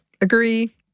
Agree